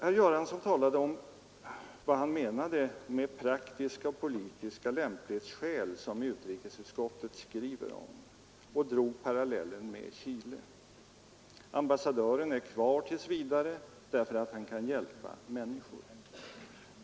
Herr Göransson talade om vad han menade med de praktiska och politiska lämplighetsskäl som utrikesutskottet skriver om och drog paralleller med Chile. Ambassadören där är kvar tills vidare, eftersom han kan hjälpa människor.